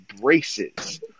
braces